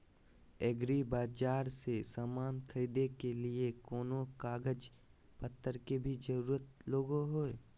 एग्रीबाजार से समान खरीदे के लिए कोनो कागज पतर के भी जरूरत लगो है?